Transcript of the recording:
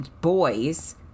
boys